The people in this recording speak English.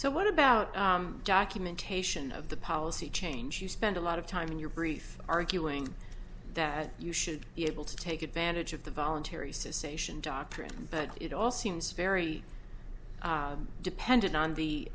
so what about documentation of the policy change you spend a lot of time in your brief arguing that you should be able to take advantage of the voluntary says sation doctrine but it all seems very dependent on the